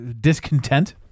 discontent